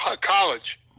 college